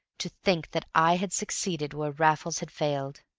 to think that i had succeeded where raffles had failed!